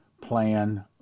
plan